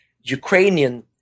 Ukrainian